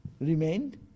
remained